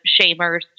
shamers